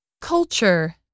Culture